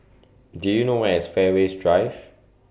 Do YOU know Where IS Fairways Drive